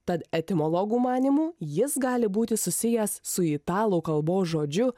tad etimologų manymu jis gali būti susijęs su italų kalbos žodžiu